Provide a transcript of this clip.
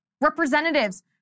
representatives